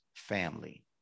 family